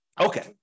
Okay